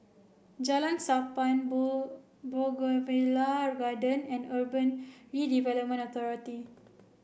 Jalan Sappan Bougainvillea Garden and Urban Redevelopment Authority